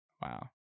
Wow